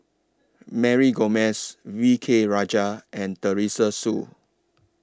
Mary Gomes V K Rajah and Teresa Hsu